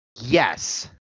yes